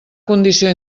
condició